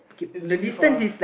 it's really far